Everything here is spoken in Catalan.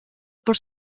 per